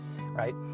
right